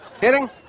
Hitting